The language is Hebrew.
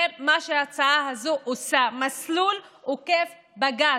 זה מה שההצעה הזו עושה, מסלול עוקף בג"ץ,